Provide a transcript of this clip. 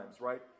right